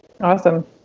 awesome